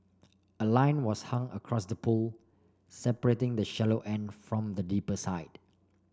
a line was hung across the pool separating the shallow end from the deeper side